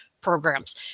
programs